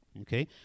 okay